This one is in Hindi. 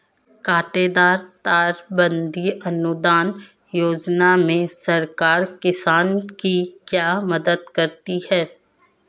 कांटेदार तार बंदी अनुदान योजना में सरकार किसान की क्या मदद करती है?